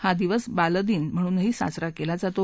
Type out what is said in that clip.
हा दिवस बालदिन म्हणूनही साजरा केला जातो